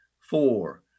four